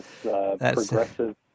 progressive